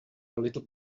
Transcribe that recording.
little